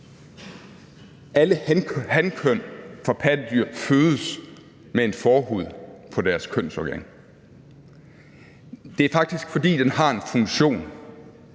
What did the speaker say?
Alle hankønspattedyr fødes mig bekendt med en forhud på deres kønsorgan. Det er faktisk, fordi den har en funktion;